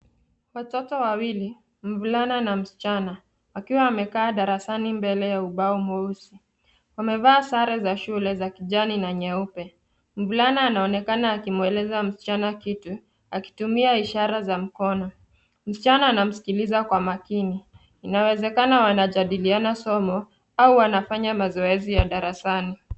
Watoto wawili mvulana na msichana wakiwa wamekaa darasani mbele ya ubao mweusi. Wamevaa sare za shule za kijani na nyeupe .Mvulana anaonekana akimueleza msichana kitu akitumia ishara za mikono. Msichana anamsikiza kwa makini. Inaonekanana wanajadiliana somo au wanafanya mazoezi ya darasani.